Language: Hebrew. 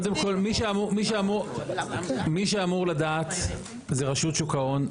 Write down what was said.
קודם כל, מי שאמור לדעת זה רשות שוק ההון.